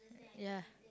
ya